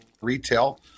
retail